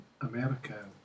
America